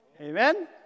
Amen